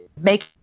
make